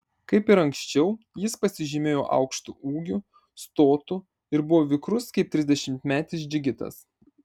kaip ir anksčiau jis pasižymėjo aukštu ūgiu stotu ir buvo vikrus kaip trisdešimtmetis džigitas